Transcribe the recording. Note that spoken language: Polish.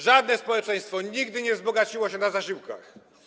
Żadne społeczeństwo nigdy nie wzbogaciło się na zasiłkach.